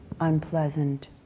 unpleasant